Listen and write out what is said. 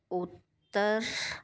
ਉੱਤਰ